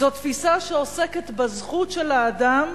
זו תפיסה שעוסקת בזכות של האדם,